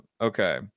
okay